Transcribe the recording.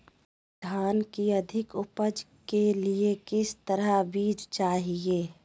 धान की अधिक उपज के लिए किस तरह बीज चाहिए?